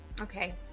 Okay